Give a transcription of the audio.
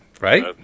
Right